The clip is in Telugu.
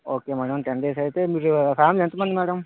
ఓకే మేడం టెన్ డేస్ అయితే మీరు ఫామిలీ ఎంత మంది మేడం